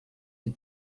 die